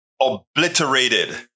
obliterated